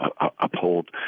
uphold